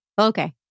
Okay